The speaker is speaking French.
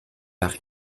par